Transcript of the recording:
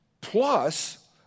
plus